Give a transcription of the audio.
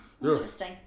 interesting